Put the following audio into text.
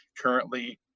currently